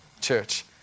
church